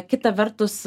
kita vertus